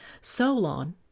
Solon